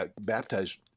baptized